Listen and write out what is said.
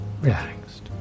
relaxed